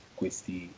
questi